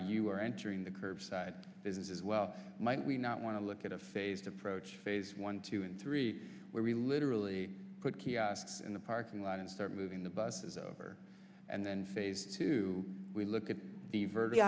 you're entering the curbside business as well might we not want to look at a phased approach phase one two and three where we literally could kiosks in the parking lot and start moving the buses over and then phase two we look at the ver